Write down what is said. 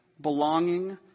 belonging